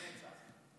לנצח.